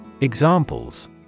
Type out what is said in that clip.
Examples